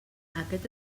aquest